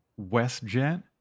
WestJet